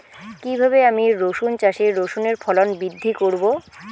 কীভাবে আমি রসুন চাষে রসুনের ফলন বৃদ্ধি করব?